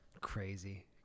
Crazy